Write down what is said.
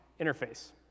interface